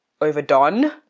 overdone